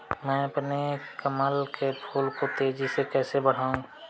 मैं अपने कमल के फूल को तेजी से कैसे बढाऊं?